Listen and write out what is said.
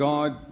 God